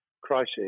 crisis